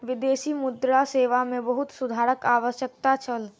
विदेशी मुद्रा सेवा मे बहुत सुधारक आवश्यकता छल